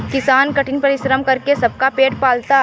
किसान कठिन परिश्रम करके सबका पेट पालता है